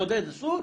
לעודד אסור?